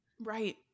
right